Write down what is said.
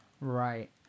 Right